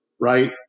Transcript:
right